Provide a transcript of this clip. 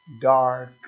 dark